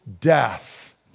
death